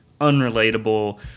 unrelatable